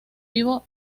vivo